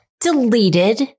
deleted